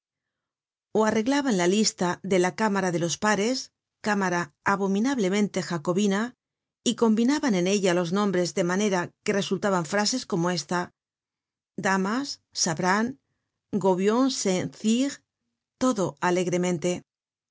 o arreglaban la lista de la cámara de los pares cámara abominablemente jacobina y combinaban en ella los nombres de manera que resultaban frases como esta damas sabrán gouvion saint cyr todo alegremente